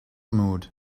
mood